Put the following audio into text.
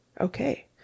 okay